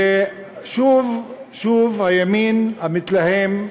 ושוב הימין המתלהם,